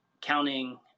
counting